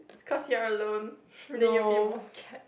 cause you're alone then you will be more scared